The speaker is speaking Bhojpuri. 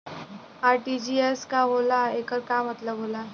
आर.टी.जी.एस का होला एकर का मतलब होला?